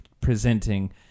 presenting